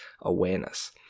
awareness